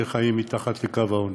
שחיים מתחת לקו העוני.